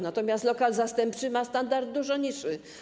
Natomiast lokal zastępczy ma standard dużo niższy.